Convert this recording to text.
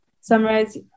summarize